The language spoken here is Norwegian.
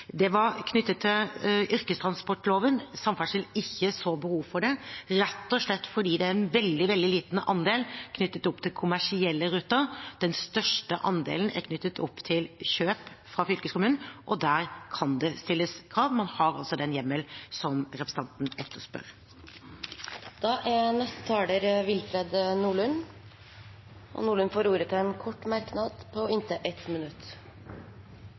Det var knyttet til yrkestransportloven. Samferdselsdepartementet så ikke behov for det, rett og slett fordi det er en veldig, veldig liten andel knyttet opp til kommersielle ruter. Den største andelen er knyttet opp til kjøp fra fylkeskommunen, og der kan det stilles krav. Man har altså den hjemmelen som representanten etterspør. Wilfred Nordlund har hatt ordet to ganger tidligere og får ordet til en kort merknad, begrenset til inntil 1 minutt.